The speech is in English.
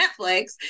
Netflix